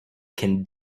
can